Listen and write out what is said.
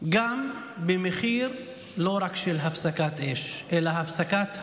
גם במחיר לא רק של הפסקת אש אלא של הפסקת המלחמה,